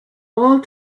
all